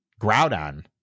Groudon